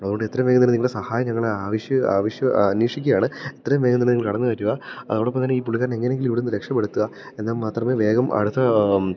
അതുകൊണ്ട് എത്രയും വേഗം നിങ്ങളെ സഹായം ഞങ്ങൾ അന്വേഷിക്കയാണ് എത്രയും വേഗം നിങ്ങൾ കടന്ന് വരുക അതോടൊപ്പം തന്നെ ഈ പുള്ളിക്കാരനെ എങ്ങനെയെങ്കിലും ഇവിടെനിന്ന് രക്ഷപ്പെടുത്തുക എന്നാൽ മാത്രമേ വേഗം അടുത്ത